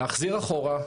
להחזיר אחורה,